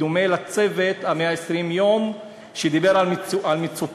בדומה ל"צוות 120 הימים" שדיבר על מצוקת